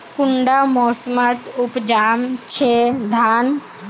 कुंडा मोसमोत उपजाम छै धान?